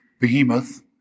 behemoth